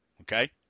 Okay